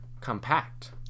compact